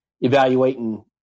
evaluating